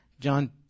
John